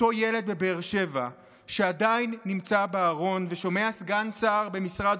אותו ילד בבאר שבע שעדיין נמצא בארון ושומע סגן שר במשרד